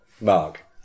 Mark